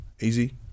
Easy